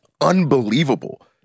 unbelievable